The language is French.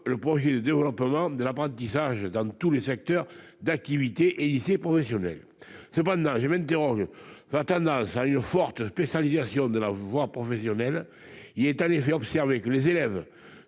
du projet de développement de l'apprentissage dans tous les secteurs d'activité et tous les lycées professionnels. Néanmoins, je m'interroge sur la tendance à une forte spécialisation de la voie professionnelle. En effet, il est observé que deux tiers